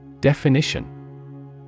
Definition